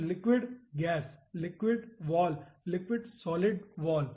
तो liquid gas liquid wall और liquid solid wall